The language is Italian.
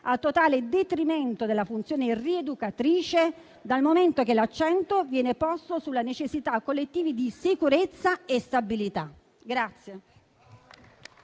a totale detrimento della funzione rieducatrice, dal momento che l'accento viene posto sulla necessità collettiva di sicurezza e stabilità.